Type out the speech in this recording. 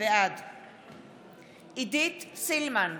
בעד עידית סילמן,